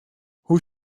hoe